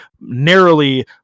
narrowly